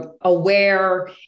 aware